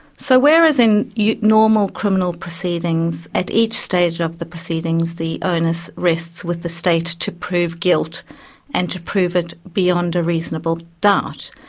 so whereas in normal criminal proceedings, at each stage of the proceedings the onus rests with the state to prove guilt and to prove it beyond a reasonable doubt,